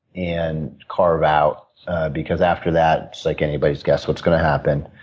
and carve out because, after that, it's like anybody's guess what's going to happen.